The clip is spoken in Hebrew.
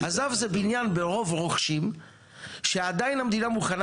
עז"ב זה בניין ברוב רוכשים שעדיין המדינה מוכנה